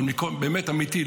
אמיתי,